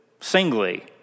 singly